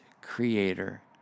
creator